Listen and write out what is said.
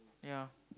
yeah